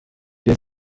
der